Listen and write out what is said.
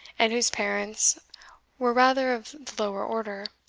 and whose parents where rather of the lower order,